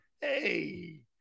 hey